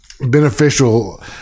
beneficial